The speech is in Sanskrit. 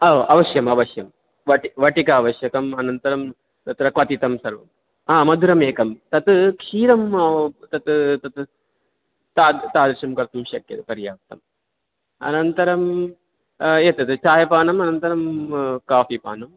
ओ अवशयम् अवश्यं वटि वटिका अवश्यकम् अनन्तरं तत्र क्वथितं सर्वं मधुरम् एकं तत् क्षीरं तत् तत् तादृ तादृशं कर्तुं शक्यते पर्याप्तम् अनन्तरम् एतत् चायपानम् अनन्तरं काफिपानम्